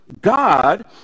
God